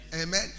Amen